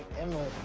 emma.